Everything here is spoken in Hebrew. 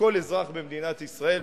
שכל אזרח במדינת ישראל,